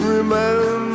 Remember